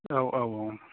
औ औ औ